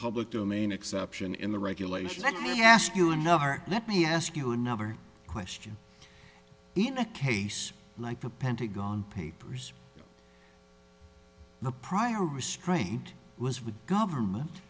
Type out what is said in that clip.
public domain exception in the regulation let me ask you another let me ask you another question in a case like the pentagon papers the prior restraint was with government